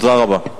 תודה רבה.